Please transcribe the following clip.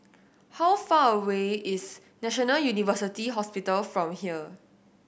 how far away is National University Hospital from here